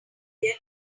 their